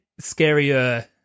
scarier